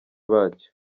bacyo